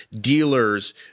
dealers